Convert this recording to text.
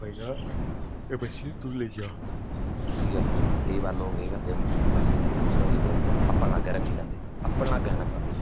भई जा एह् बच्छी तू लेई जा में ठीक ऐ केईं बार लोक एह् बच्छी दिंदे चबरीऽ उप्पर अपने लागै रक्खी लैंदे